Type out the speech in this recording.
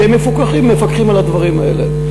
הם מפקחים על הדברים האלה.